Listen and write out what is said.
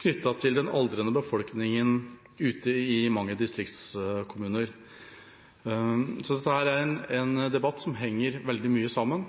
knyttet til den aldrende befolkningen ute i mange distriktskommuner. Så dette er en debatt som henger veldig mye sammen,